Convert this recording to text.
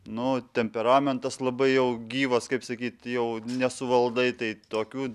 nu temperamentas labai jau gyvas kaip sakyt jau nesuvaldai tai tokių